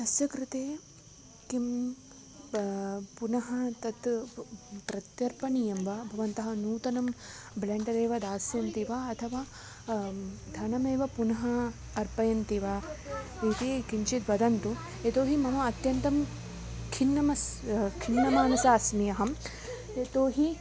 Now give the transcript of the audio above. तस्य कृते किं पुनः पुनः तत् प्रत्यर्पणीयं वा भवन्तः नूतनं ब्लेण्डर् एव दास्यन्ति वा अथवा धनमेव पुनः अर्पयन्ति वा इति किञ्चित् वदन्तु यतो हि मम अत्यन्तं खिन्नमस्मि खिन्नमानसा अस्मि अहं यतो हि